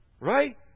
Right